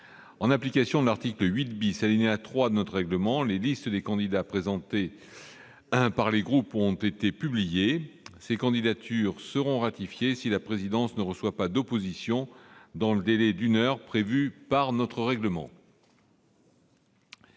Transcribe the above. En application de l'article 8 , alinéa 3, de notre règlement, les listes des candidats présentés par les groupes ont été publiées. Ces candidatures seront ratifiées si la présidence ne reçoit pas d'opposition dans le délai d'une heure prévu par notre règlement.